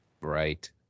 Right